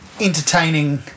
entertaining